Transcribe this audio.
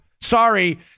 Sorry